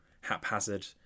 haphazard